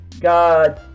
God